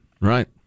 Right